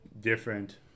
different